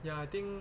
ya I think